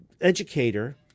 educator